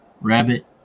rabbit